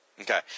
Okay